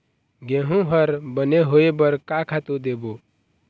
गेहूं हर बने होय बर का खातू देबो?